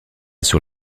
sur